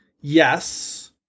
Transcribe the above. Yes